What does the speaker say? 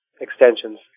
extensions